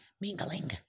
Mingling